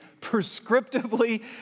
Prescriptively